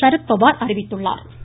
சரத்பவாா் அறிவித்துள்ளாா்